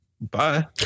Bye